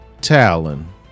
Talon